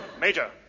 Major